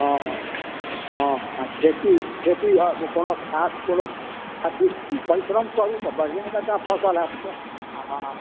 हँ हँ हँ आओर खेती खेती आओर ओ कोनो खास कोनो अथी परिश्रम करू तऽ बढ़िआँ जकाँ फसिल हैत आओर